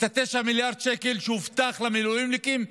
ה-9 מיליארד שקל שהובטחו למילואימניקים.